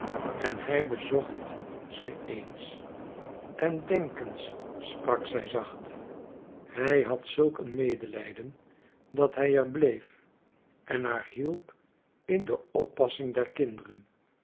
en hij bezocht ze eens en denk eens sprak zij zacht hij had zulk een medelijden dat hij er bleef en haar hielp in de oppassing der kinderen